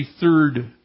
third